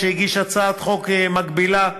שהגיש הצעת חוק מקבילה.